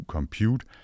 Compute